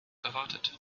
erwartet